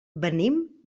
venim